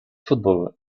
football